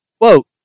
quote